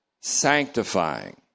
sanctifying